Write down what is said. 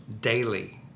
daily